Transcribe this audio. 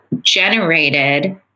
generated